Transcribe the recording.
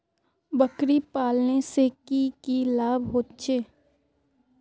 बकरी पालने से की की लाभ होचे?